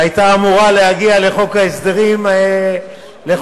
והיתה אמורה להגיע לחוק ההסדרים הקרוב.